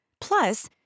Plus